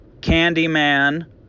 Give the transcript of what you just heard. Candyman